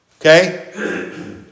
Okay